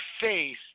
face